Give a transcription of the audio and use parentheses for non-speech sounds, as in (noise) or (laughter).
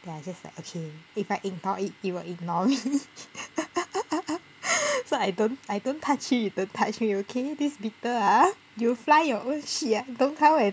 then I just like okay if I ignore it it will ignore me (laughs) so I don't I don't touch you you don't touch me okay this beetle ah you fly your own shit don't come and